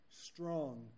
strong